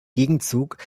gegenzug